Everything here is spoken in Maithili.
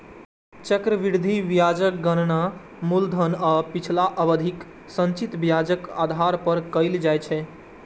चक्रवृद्धि ब्याजक गणना मूलधन आ पिछला अवधिक संचित ब्याजक आधार पर कैल जाइ छै